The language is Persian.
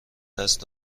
دست